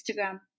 Instagram